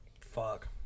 fuck